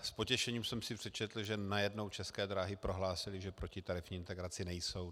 S potěšením jsem si přečetl, že najednou České dráhy prohlásily, že proti tarifní integraci nejsou.